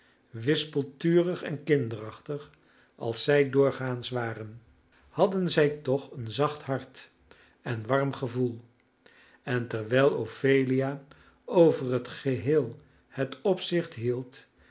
wispelturig en kinderachtig als zij doorgaans waren hadden zij toch een zacht hart en warm gevoel en terwijl ophelia over het geheel het opzicht hield